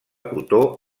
cotó